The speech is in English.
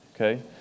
Okay